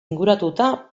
inguratuta